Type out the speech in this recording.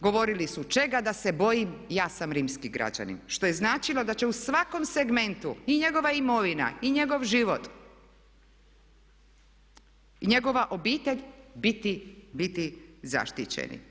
Govorili su čega da se bojim, ja sam rimski građanin što je značilo da će u svakom segmentu i njegova imovina i njegov život i njegova obitelj biti zaštićeni.